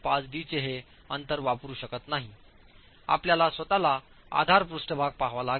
5 D चे हे अंतर वापरू शकत नाही आपल्याला स्वतःला आधार पृष्ठभाग पहावा लागेल